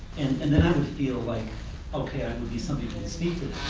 and then i would feel like okay, it would be something instinctive